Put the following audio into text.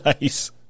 nice